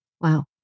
Wow